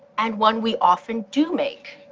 and one we often do make.